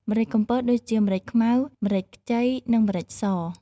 ម្រេចកំពតដូចជា ម្រេចខ្មៅ ម្រេចខ្ចី និងម្រេចស។